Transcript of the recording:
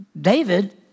David